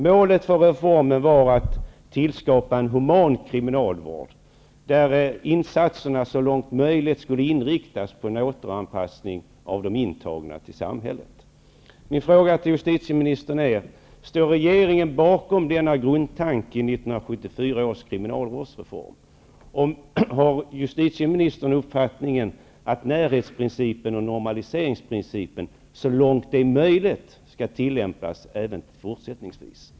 Målet för reformen var att tillskapa en human kriminalvård där insatserna så långt möjligt skulle inriktas på återanpassning av de intagna till samhället. Min fråga till justitieministern är: Står regeringen bakom denna grundtanke i 1974 års kriminalvårdsreform? Har justitieministern uppfattningen att närhetsprincipen och normaliseringsprincipen så långt det är möjligt skall tillämpas även fortsättningsvis?